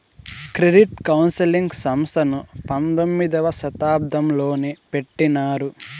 credit counselling సంస్థను పంతొమ్మిదవ శతాబ్దంలోనే పెట్టినారు